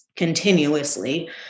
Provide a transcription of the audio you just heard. continuously